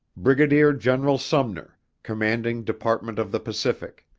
brigadier general sumner, commanding department of the pacific.